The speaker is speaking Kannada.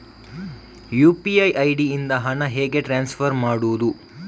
ಯು.ಪಿ.ಐ ಐ.ಡಿ ಇಂದ ಹಣ ಹೇಗೆ ಟ್ರಾನ್ಸ್ಫರ್ ಮಾಡುದು?